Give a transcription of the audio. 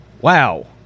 Wow